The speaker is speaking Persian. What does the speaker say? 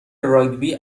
راگبی